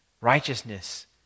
Righteousness